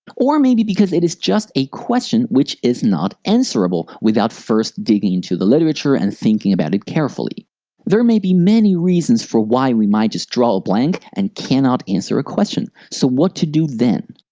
or maybe because it is just a question which is not answerable without first digging into the literature and thinking about it carefully there may be many reasons for why we might just draw a blank and can't answer a question. so, what to do then?